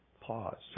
pause